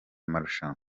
marushanwa